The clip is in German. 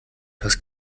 das